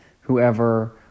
whoever